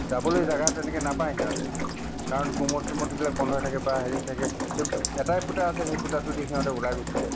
যাবলৈ জাগা তেনেকে নাপায় সিহঁতে কাৰণ কোমোড চোমোড বিলাক বন্ধ হৈ থাকে বা হেৰি থাকে সেই এটাই ফুটা আছে সেই ফুটাটোৱেদি সিহঁতে ওলাই গুচি যায়